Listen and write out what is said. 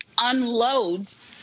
unloads